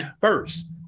first